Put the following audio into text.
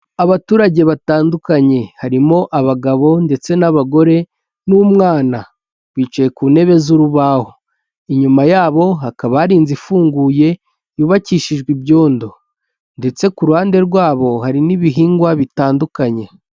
Abaturage batandukanye harimo abagabo ndetse n'abagore n'umwana bicaye ku ntebe z'urubaho, inyuma yabo hakaba ari inzu ifunguye yubakishijwe ibyondo, ndetse ku ruhande rwabo hari n'ibihingwa bitandukanye.